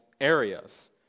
areas